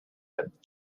that